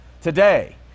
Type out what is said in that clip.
today